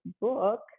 book